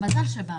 מזל שבאנו.